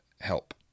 help